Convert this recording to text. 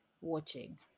watching